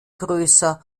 größer